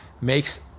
makes